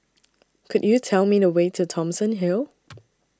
Could YOU Tell Me The Way to Thomson Hill